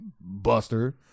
Buster